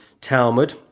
Talmud